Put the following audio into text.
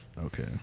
Okay